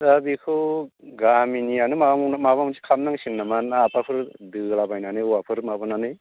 दा बेखौ गामिनियानो माबा नङा माबा मोनसे खालामनांसिगोन नामा माबाफोर दोलाबायनानै औवाफोर माबानानै